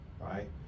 right